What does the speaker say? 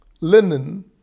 Linen